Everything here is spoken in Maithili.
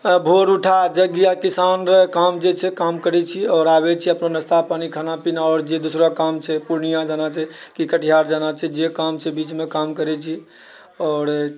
भोर उठा जग गया किसान रऽकाम जे छै काम करैत छिऐ आओर आबैत छिऐ अपन नाश्ता पानि खाना पीना आओर जे दूसरा काम छै पूर्णियाँ जाना छै कि कटिहार जाना छै जे काम छै बीचमे काम करैत छिऐ आओर